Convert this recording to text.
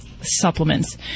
supplements